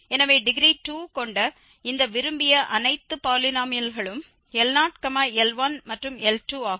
எனவே டிகிரி 2 கொண்ட இந்த விரும்பிய அனைத்து பாலினோமியல்களும் L0 L1 மற்றும் L2 ஆகும்